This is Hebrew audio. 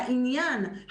העניין,